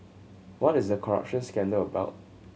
what is the corruption scandal about